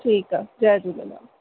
ठीकु आहे जय झूलेलाल